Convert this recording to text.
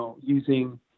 using